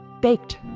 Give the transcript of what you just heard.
baked